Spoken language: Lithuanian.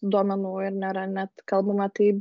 duomenų ir nėra net kalbama tai